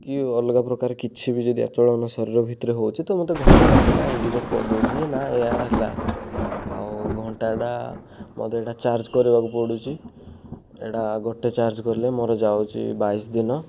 କି ଅଲଗା ପ୍ରକାର କିଛି ଭି ଯଦି ଅଚଳନ ମୋ ଶରୀର ଭିତରେ ହେଉଛି ତ ଘଣ୍ଟାଟା ମୋତେ ଇଣ୍ଡିକେଟ କରିଦେଉଛି କି ନା ଏୟା ହେଲା ଆଉ ଘଣ୍ଟାଟା ମୋତେ ଏଇଟା ଚାର୍ଜ କରିବାକୁ ପଡ଼ୁଛି ଏଇଟା ଗୋଟିଏ ଚାର୍ଜ କଲେ ମୋର ଯାଉଛି ବାଇଶ ଦିନ